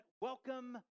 Welcome